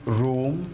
room